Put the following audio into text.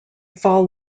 fall